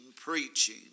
preaching